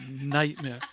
nightmare